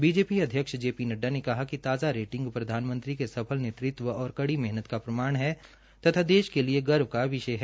BJP अध्यक्ष J P Nadda ने कहा कि ताजा रेटिंग प्रधानमंत्री के सफल नेतृत्व और कड़ी मेहनल का प्रमाण है तथा देश के लिए गर्व का विषय है